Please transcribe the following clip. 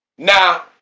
Now